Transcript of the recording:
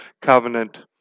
covenant